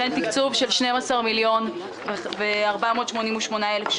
אני מבקש בכל סעיף לפני הצבעה לבצע התייעצות סיעתית.